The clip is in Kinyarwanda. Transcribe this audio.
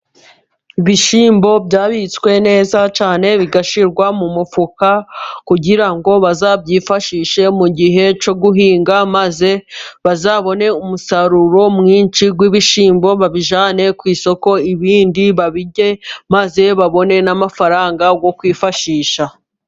Ibishyimbo byabitswe neza cyane bigashirwa mu mufuka kugira ngo bazabyifashishe mu gihe cyo guhinga. Maze bazabone umusaruro mwinshi w'ibishyimbo. Babijyane ku isoko ibindi babirye maze babone n'amafaranga yo kwifashisha.